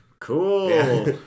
Cool